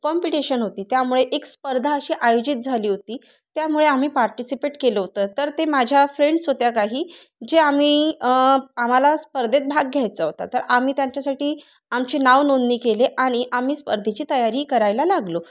competition होती त्यामुळे एक स्पर्धा अशी आयोजित झाली होती त्यामुळे आम्ही पार्टिसिपेट केलं होतं तर ते माझ्या फ्रेंड्स होत्या काही जे आम्ही आम्हाला स्पर्धेत भाग घ्यायचा होता तर आम्ही त्यांच्यासाठी आमची नावनोंदणी केली आणि आम्ही स्पर्धेची तयारी करायला लागलो